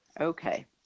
Okay